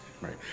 Right